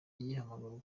agihamagarwa